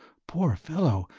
poor fellow,